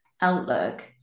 outlook